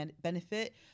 benefit